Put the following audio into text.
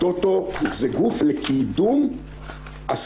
הטוטו זה גוף לקידום הספורט,